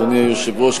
אדוני היושב-ראש,